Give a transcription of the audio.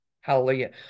Hallelujah